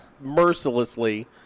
mercilessly